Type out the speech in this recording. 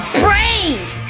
brave